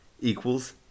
equals